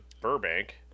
burbank